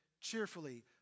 cheerfully